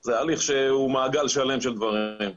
זה הליך שהוא מעגל שלם של דברים.